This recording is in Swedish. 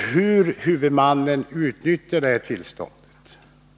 Hur huvudmannen utnyttjar detta tillstånd